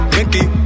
Mickey